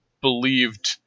believed